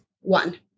One